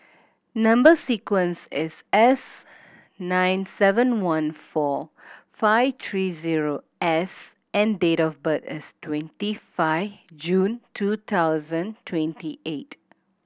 number sequence is S nine seven one four five three zero S and date of birth is twenty five June two thousand twenty eight